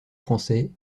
français